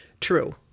true